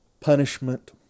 punishment